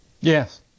Yes